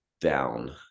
down